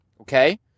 Okay